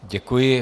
Děkuji.